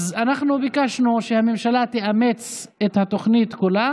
אז אנחנו ביקשנו שהממשלה תאמץ את התוכנית כולה